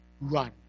Run